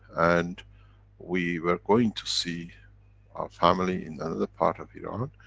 and we were going to see our family, in another part of iran,